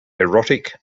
erotic